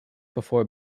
before